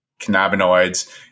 cannabinoids